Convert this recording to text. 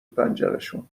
پنجرشون